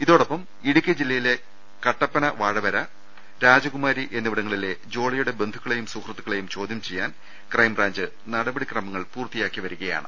ഇതോടൊപ്പം ഇടുക്കി ജില്ലയിലെ കട്ടപ്പ്ന വാഴവര രാജകുമാരി എന്നിവിടങ്ങളിലെ ജോളി യുടെ ബന്ധുക്കളെയും സുഹൃത്തുക്കളെയും ചോദ്യം ചെയ്യാൻ ക്രൈംബ്രാഞ്ച് നടപടി ക്രമങ്ങൾ പൂർത്തിയാക്കിവരികയാണ്